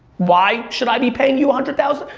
why should i be paying you a hundred thousand?